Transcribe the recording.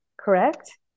correct